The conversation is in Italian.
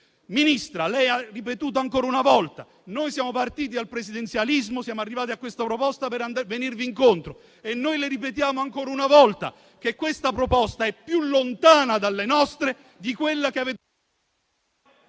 Ministra, lei ha ripetuto ancora una volta che siete partiti dal presidenzialismo e siete arrivati a questa proposta per venirci incontro. Ebbene, noi le ripetiamo ancora una volta che questa proposta è più lontana dalle nostre di quella che avete